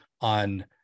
on